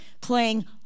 playing